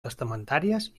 testamentàries